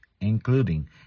including